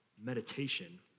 meditation